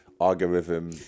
algorithm